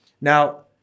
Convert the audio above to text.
Now